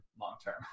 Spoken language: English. long-term